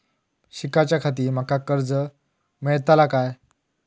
शिकाच्याखाती माका कर्ज मेलतळा काय?